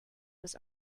was